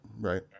right